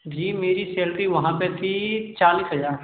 जी मेरी सैलरी वहाँ पर थी चालीस हज़ार